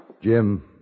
Jim